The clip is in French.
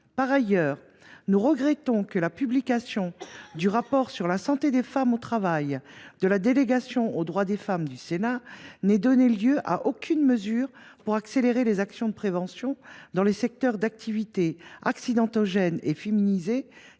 Par ailleurs, nous déplorons que la publication du rapport d’information sur la santé des femmes au travail de la délégation aux droits des femmes du Sénat n’ait donné lieu à aucune mesure pour accélérer les actions de prévention dans les secteurs d’activité accidentogènes et féminisés